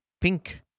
pink